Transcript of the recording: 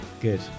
Good